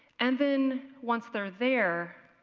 and, then, once they're there,